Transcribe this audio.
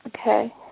Okay